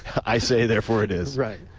i say, therefore it is. right.